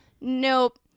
Nope